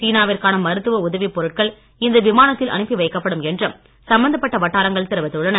சீனாவிற்கான மருத்துவ உதவிப் பொருட்கள் இந்த விமானத்தில் அனுப்பி வைக்கப்படும் என்றும் சம்பந்தப்பட்ட வட்டாரங்கள் தெரிவித்துள்ளன